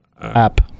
app